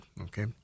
okay